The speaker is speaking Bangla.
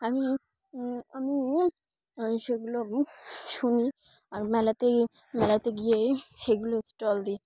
আমি আমি সেগুলো শুনি আর মেলাতে মেলাতে গিয়ে সেগুলো স্টল দিই